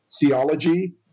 theology